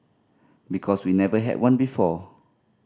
because we never had one before